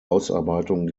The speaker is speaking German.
ausarbeitung